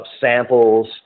samples